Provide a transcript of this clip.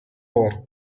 war